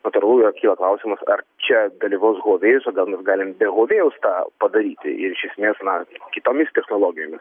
natūralu jog kyla klausimas ar čia dalyvaus huavėjus o gal mes galim be huavėjaus tą padaryti ir iš esmės na kitomis technologijomis